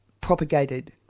propagated